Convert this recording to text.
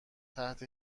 تحت